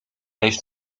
heeft